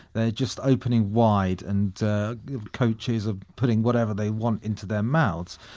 they're just opening wide and coaches are putting whatever they want into their mouths.